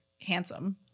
handsome